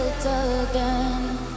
again